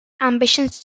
ambitions